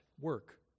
work